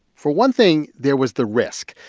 for one thing, there was the risk.